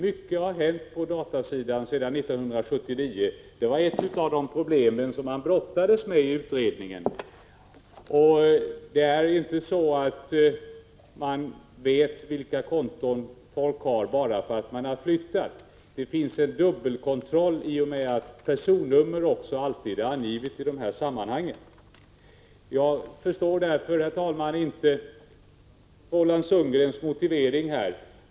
Detta var ett av de problem som utredningen brottades med, men mycket har hänt på datasidan sedan 1979. Det är dock inte så att man vet vilka konton folk har bara därför att de har flyttat, men det finns en dubbelkontroll i och med att även personnummer alltid anges i de här sammanhangen. Herr talman! Jag förstår därför inte Roland Sundgrens motivering.